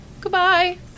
Goodbye